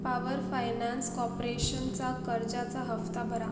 power finance कॉपरेशनचा कर्जाचा हफ्ता भरा